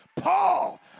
Paul